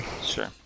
Sure